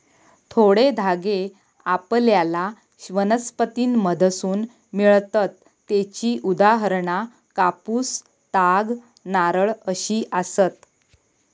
थोडे धागे आपल्याला वनस्पतींमधसून मिळतत त्येची उदाहरणा कापूस, ताग, नारळ अशी आसत